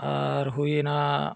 ᱟᱨ ᱦᱩᱭᱱᱟ